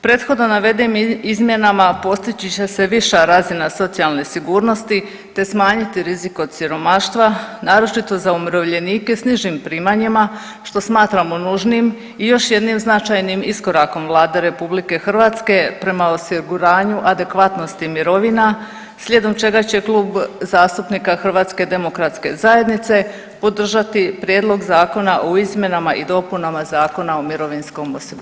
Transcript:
Prethodno navedenim izmjenama postići će se viša razina socijalne sigurnosti te smanjiti rizik od siromaštva naročito za umirovljenike s nižim primanjima što smatramo nužnim i još jednim značajnim iskorakom Vlade RH prema osiguranju adekvatnosti mirovina slijedom čega će Klub zastupnika HDZ-a podržati Prijedlog Zakona o izmjenama i dopunama Zakona o mirovinskom osiguranju.